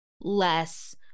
less